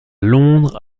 londres